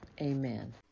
Amen